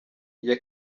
iya